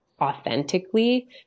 authentically